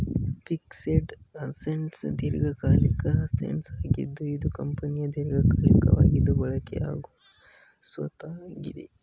fixed assets ದೀರ್ಘಕಾಲಿಕ assets ಆಗಿದ್ದು ಇದು ಕಂಪನಿಯ ದೀರ್ಘಕಾಲಿಕವಾಗಿ ಬಳಕೆಯಾಗುವ ಸ್ವತ್ತಾಗಿದೆ